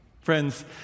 Friends